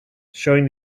showing